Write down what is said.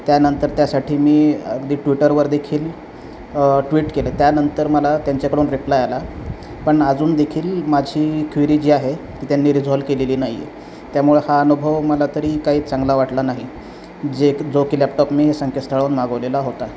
त्यानंतर त्यासाठी मी अगदी ट्विटरवर देखील ट्विट केले त्यानंतर मला त्यांच्याकडून रिप्लाय आला पण अजून देखील माझी क्विरी जी आहे ती त्यांनी रिझॉल केलेली नाही आहे त्यामुळं हा अनुभव मला तरी काही चांगला वाटला नाही जे जो की लॅपटॉप मी संकेतस्थळावरून मागवलेला होता